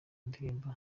ndirimbo